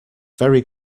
very